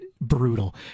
brutal